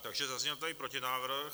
Takže zazněl tady protinávrh.